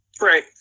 Right